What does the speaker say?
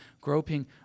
groping